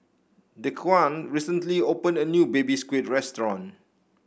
Dequan recently opened a new Baby Squid restaurant